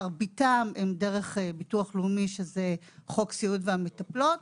מרביתן הן דרך ביטוח לאומי שזה חוק סיעוד והמטפלות,